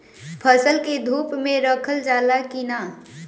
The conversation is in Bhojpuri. फसल के धुप मे रखल जाला कि न?